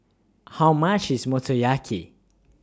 How much IS Motoyaki